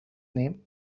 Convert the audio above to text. name